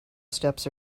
steps